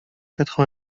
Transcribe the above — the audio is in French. quatre